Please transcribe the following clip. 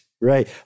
right